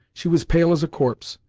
she was pale as a corpse,